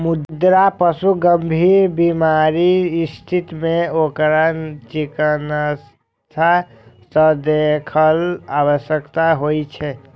मुदा पशुक गंभीर बीमारीक स्थिति मे ओकरा चिकित्सक सं देखाएब आवश्यक होइ छै